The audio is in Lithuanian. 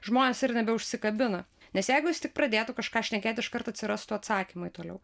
žmonės ir nebeužsikabina nes jeigu jis tik pradėtų kažką šnekėt iškart atsirastų atsakymai toliau